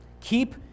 keep